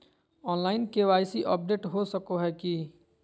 Online KYC update हो सको है की?